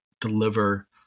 deliver